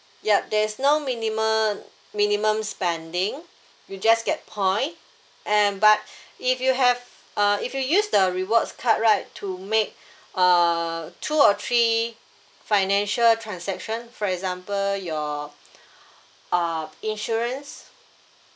yup there's no minimum minimum spending you just get point and but if you have uh if you use the rewards card right to make uh two or three financial transaction for example your uh insurance